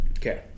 Okay